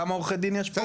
כמה עורכי דין יש פה?